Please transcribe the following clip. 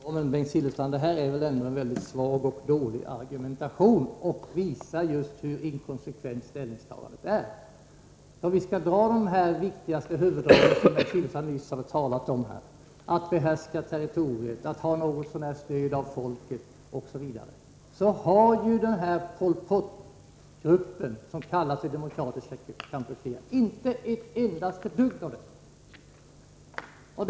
Fru talman! Det är väl ändå en svag argumentation som Bengt Silfverstrand för, och visar hur inkonsekvent ställningstagandet är. Låt oss upprepa de viktiga villkor vi nyss talat om här: att behärska territoriet, att ha något så när stöd av folket osv. Pol Pot-gruppen, som kallar sig Demokratiska Kampuchea, uppfyller ju inte ett enda av dessa villkor.